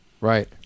right